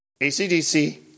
ACDC